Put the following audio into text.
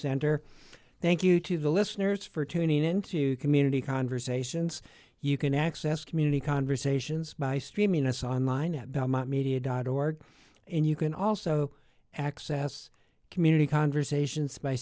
center thank you to the listeners for tuning into community conversations you can access community conversations by streaming us online at belmont media dot org and you can also access community conversations by